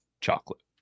chocolate